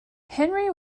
henry